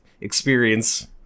experience